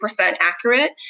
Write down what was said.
accurate